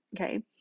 okay